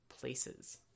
places